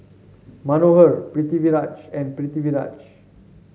Manohar Pritiviraj and Pritiviraj